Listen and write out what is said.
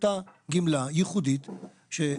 לאותה גמלה ייחודית, או